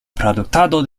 produktado